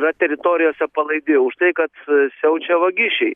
yra teritorijose palaidi už tai kad siaučia vagišiai